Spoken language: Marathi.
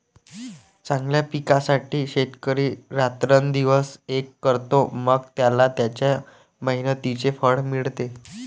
चांगल्या पिकासाठी शेतकरी रात्रंदिवस एक करतो, मग त्याला त्याच्या मेहनतीचे फळ मिळते